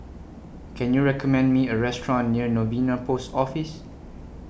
Can YOU recommend Me A Restaurant near Novena Post Office